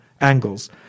angles